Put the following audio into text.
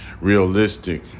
realistic